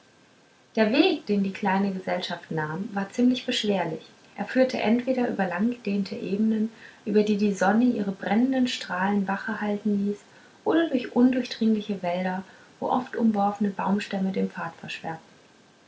der weg den die kleine gesellschaft nahm war ziemlich beschwerlich er führte entweder über langgedehnte ebenen über die die sonne ihre brennenden strahlen wache halten ließ oder durch undurchdringliche wälder wo oft umgeworfene baumstämme den pfad versperrten